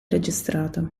registrato